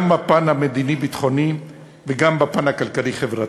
גם בפן המדיני-ביטחוני וגם בפן הכלכלי-חברתי.